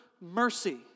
mercy